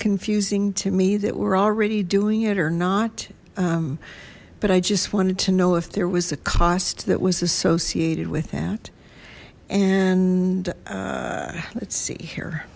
confusing to me that we're already doing it or not but i just wanted to know if there was a cost that was associated with that and let's see here